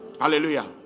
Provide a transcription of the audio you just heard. Hallelujah